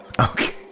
Okay